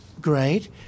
great